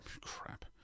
Crap